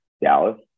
Dallas